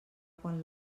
quan